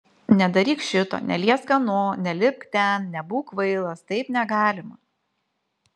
nedaryk šito neliesk ano nelipk ten nebūk kvailas taip negalima